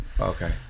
Okay